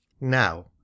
Now